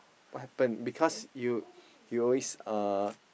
what happen because you you always uh